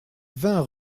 vingt